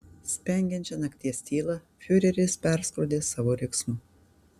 spengiančią nakties tylą fiureris perskrodė savo riksmu